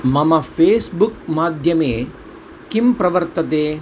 मम फ़ेस्बुक्माध्यमे किं प्रवर्तते